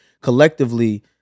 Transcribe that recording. collectively